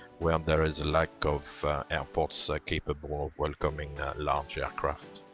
where there is a lack of airports ah capable of welcoming large aircraft.